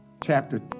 chapter